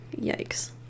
Yikes